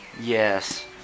Yes